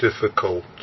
Difficult